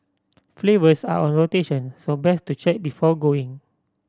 flavours are on rotation so best to check before going